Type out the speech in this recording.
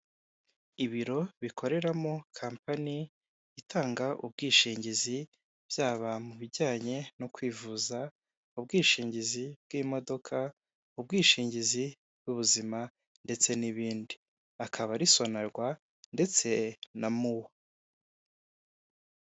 Ibiro bikoreramo kompani itanga ubwishingizi byaba mu bijyanye no kwivuza ubwishingizi bw'imodoka ubwishingizi bw'ubuzima ndetse n'ibindi akaba ari Sonarwa ndetse na MUA.